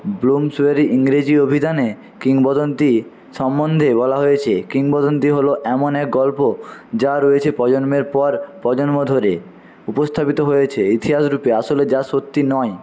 Bloomsbury ইংরেজি অভিধানে কিংবদন্তি সম্মন্ধে বলা হয়েছে কিংবদন্তি হল এমন এক গল্প যা রয়েছে প্রজন্মের পর প্রজন্ম ধরে উপস্থাপিত হয়েছে ইতিহাসরূপে আসলে যা সত্যি নয়